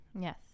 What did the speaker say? Yes